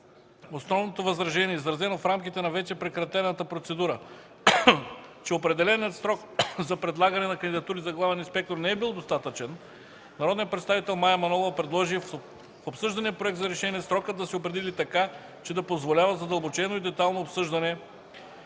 основното възражение, изразено в рамките на вече прекратената процедура, че определеният срок за предлагане на кандидатури за главен инспектор не е бил достатъчен, народният представител Мая Манолова предложи в обсъждания проект за решение срокът да се определи така, че да позволява задълбочено и детайлно обсъждане